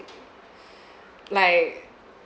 like